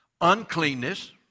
uncleanness